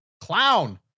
Clown